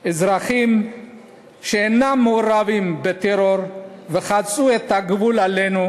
אזרחים שאינם מעורבים בטרור וחצו את הגבול אלינו,